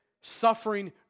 suffering